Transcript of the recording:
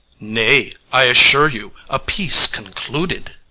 nay, i assure you, a peace concluded.